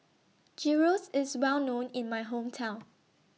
Gyros IS Well known in My Hometown